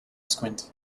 squint